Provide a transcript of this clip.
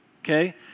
okay